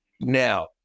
Now